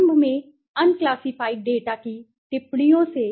प्रारंभ में unclassified data की टिप्पणियों से